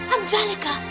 Angelica